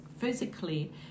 physically